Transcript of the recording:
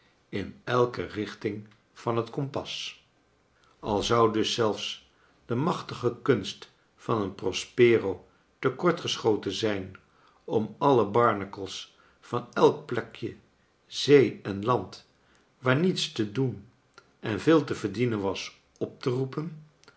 in elke richting van het kompas al zou dus zelfs de machtige kunst van een prospero te kort geschoten ziju om alle barnacles van elk plekje zee en land waar niets te doen en veel te verdienen was op te roepen